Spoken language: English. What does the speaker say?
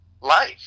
life